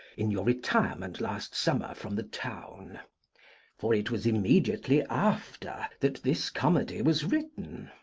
in your retirement last summer from the town for it was immediately after, that this comedy was written.